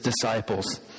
disciples